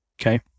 Okay